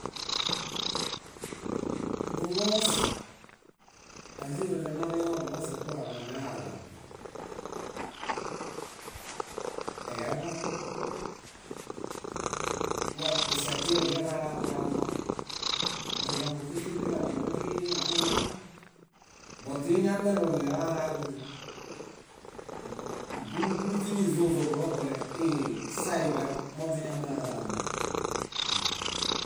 Buloos, ázie órere narĩwa buloos sepurġaɭo nilaoraḃi. Eyaeḃale. Wa buŝatieɭiaġalaġurawa. Náġambuxexedẽġaɭo biaźihaŋemaŋ, buźiñamelonilaoraḃinźe. Bo- búlu búlu źínizozo bulobule ii- saiḃamoźiñamelaoraḃinźe.